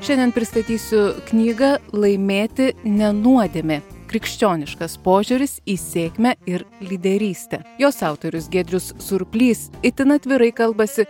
šiandien pristatysiu knygą laimėti ne nuodėmė krikščioniškas požiūris į sėkmę ir lyderystę jos autorius giedrius surplys itin atvirai kalbasi